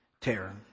terror